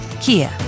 Kia